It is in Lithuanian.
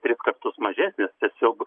tris kartus mažesnis tiesiog